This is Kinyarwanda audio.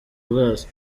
bwazo